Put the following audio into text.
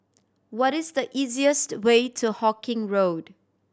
what is the easiest way to Hawkinge Road